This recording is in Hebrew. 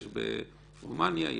יש ברומניה,